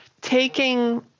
taking